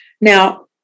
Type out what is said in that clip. Now